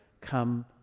come